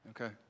Okay